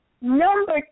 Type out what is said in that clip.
Number